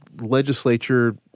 legislature